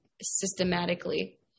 systematically